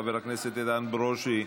חבר הכנסת איתן ברושי,